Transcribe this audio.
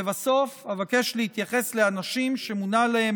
לבסוף אבקש להתייחס לאנשים שמונה להם